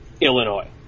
Illinois